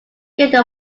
forget